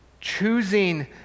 Choosing